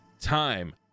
time